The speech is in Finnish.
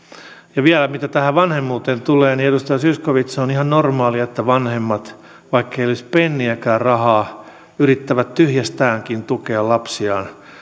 ja vielä mitä vanhemmuuteen tulee edustaja zyskowicz on ihan normaalia että vanhemmat vaikkei olisi penniäkään rahaa yrittävät tyhjästäänkin tukea lapsiaan